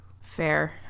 Fair